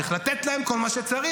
צריך לתת להם כל מה שצריך.